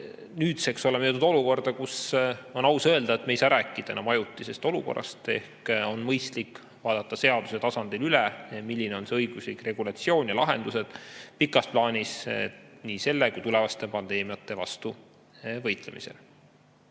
Nüüdseks oleme aga jõudnud olukorda, kus on aus öelda, et me ei saa rääkida enam ajutisest olukorrast. Seega on mõistlik vaadata seaduse tasandil üle, millised peaksid olema õiguslik regulatsioon ja lahendused pikas plaanis nii selle kui ka tulevaste pandeemiate vastu võitlemisel.